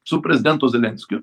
su prezidentu zelenskiu